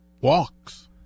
Walks